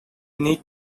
need